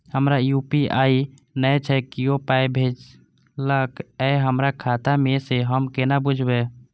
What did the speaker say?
हमरा यू.पी.आई नय छै कियो पाय भेजलक यै हमरा खाता मे से हम केना बुझबै?